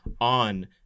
on